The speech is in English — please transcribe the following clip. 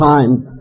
Times